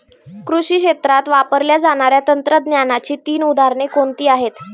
कृषी क्षेत्रात वापरल्या जाणाऱ्या तंत्रज्ञानाची तीन उदाहरणे कोणती आहेत?